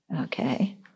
okay